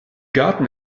garten